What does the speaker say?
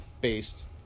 based